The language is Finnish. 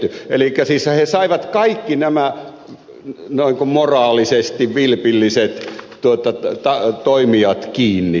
elikkä siis he saivat kaikki nämä ikään kuin moraalisesti vilpilliset toimijat kiinni